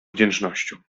wdzięcznością